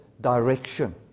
direction